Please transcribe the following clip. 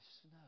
snow